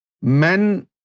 men